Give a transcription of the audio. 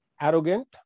arrogant